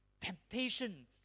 temptation